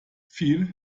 viel